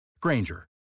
Granger